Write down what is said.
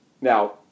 Now